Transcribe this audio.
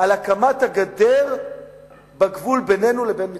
על הקמת הגדר בגבול בינינו לבין מצרים.